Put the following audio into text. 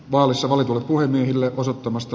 vaalissa valitulle puhemiehelle osoittamasta